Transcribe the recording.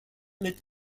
mit